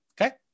Okay